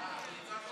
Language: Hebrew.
הצבעה?